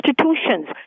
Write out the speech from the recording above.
institutions